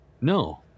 No